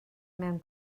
mewn